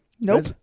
Nope